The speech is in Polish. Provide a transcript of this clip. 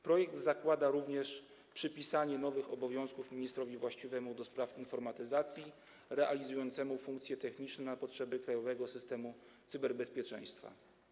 Projekt zakłada również przypisanie nowych obowiązków ministrowi właściwemu do spraw informatyzacji realizującemu funkcje techniczne na potrzeby krajowego systemu cyberbezpieczeństwa.